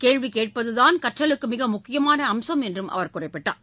கேள்வி கேட்பதுதான் கற்றலுக்கு மிக முக்கியமான அம்சம் என்றம் அவர் குறிப்பிட்டார்